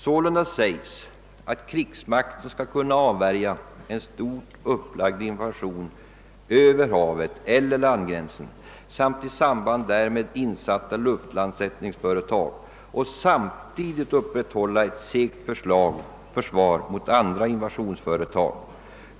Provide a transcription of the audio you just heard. Sålunda uttalas att »krigsmakten skall kunna avvärja en stort upplagd invasion över havet eller landgränsen samt i samband därmed insatta luftlandsättningsföretag och samtidigt upprätthålla ett segt försvar mot andra invasionsföretag.